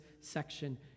section